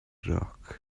roc